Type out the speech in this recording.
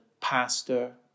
pastor